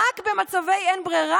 רק במצבי אין ברירה.